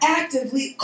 actively